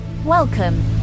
Welcome